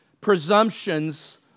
presumptions